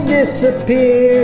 disappear